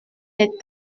les